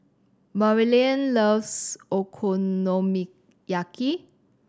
Maryellen loves Okonomiyaki